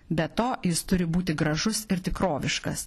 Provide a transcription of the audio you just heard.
be to jis turi būti gražus ir tikroviškas